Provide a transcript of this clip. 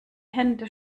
hände